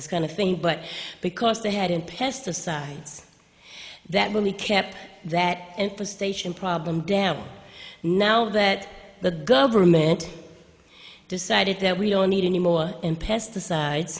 this kind of thing but because they hadn't pesticides that really kept that infestation problem down now that the government decided that we don't need any more and pesticides